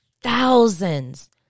thousands